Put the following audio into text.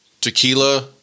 tequila